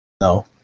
No